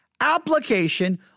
Application